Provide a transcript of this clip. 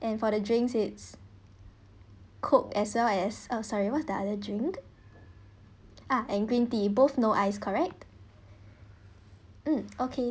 and for the drinks it's coke as well as oh sorry what's the other drink ah and green tea both no ice correct mm okay